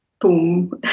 boom